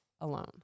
alone